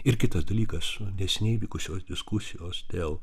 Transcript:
ir kitas dalykas neseniai vykusios diskusijos dėl